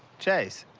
jase.